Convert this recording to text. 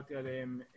שדיברתי עליהן.